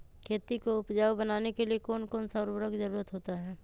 खेती को उपजाऊ बनाने के लिए कौन कौन सा उर्वरक जरुरत होता हैं?